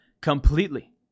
completely